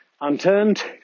unturned